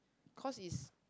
cause is